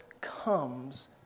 comes